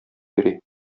йөри